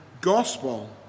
gospel